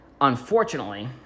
Unfortunately